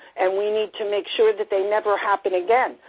and we need to make sure that they never happen again.